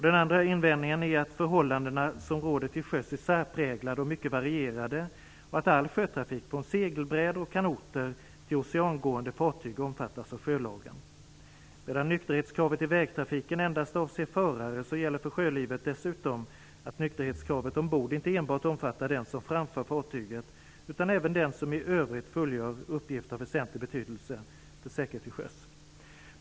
Den andra invändningen är att förhållandena som råder till sjöss är särpräglade och mycket varierade och att all sjötrafik, från segelbrädor och kanoter till oceangående fartyg, omfattas av sjölagen. Medan nykterhetskravet i trafiken endast avser förare, gäller för sjölivet dessutom att nykterhetskravet ombord inte enbart omfattar den som framför fartyget utan även den som i övrigt fullgör uppgifter av väsentlig betydelse för säkerhet till sjöss.